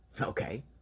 Okay